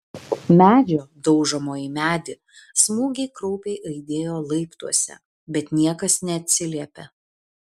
medžio daužomo į medį smūgiai kraupiai aidėjo laiptuose bet niekas neatsiliepė